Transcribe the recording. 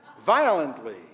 violently